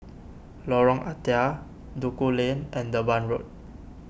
Lorong Ah Thia Duku Lane and Durban Road